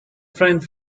friend